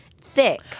thick